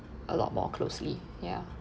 a lot more closely ya